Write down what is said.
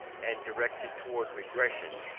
and directed towards regression,